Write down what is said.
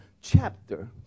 chapter